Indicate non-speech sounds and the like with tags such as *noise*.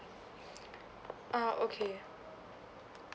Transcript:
*breath* ah okay